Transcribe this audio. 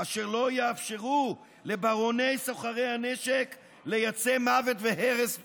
אשר לא יאפשרו לברוני סוחרי הנשק לייצא מוות והרס לעולם,